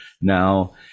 now